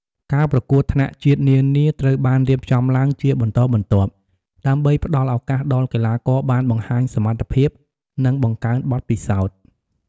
ការប្រកួតថ្នាក់ជាតិនានាត្រូវបានរៀបចំឡើងជាបន្តបន្ទាប់ ដើម្បីផ្ដល់ឱកាសដល់កីឡាករបានបង្ហាញសមត្ថភាព និងបង្កើនបទពិសោធន៍។